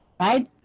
right